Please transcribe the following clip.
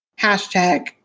hashtag